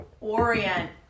orient